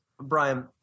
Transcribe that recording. Brian